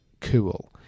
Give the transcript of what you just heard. cool